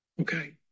Okay